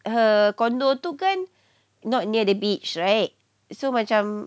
her condo tu kan not near the beach right so macam